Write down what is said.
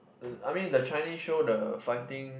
I mean the Chinese show the fighting